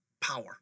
power